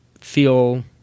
feel